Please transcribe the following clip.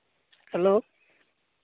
hello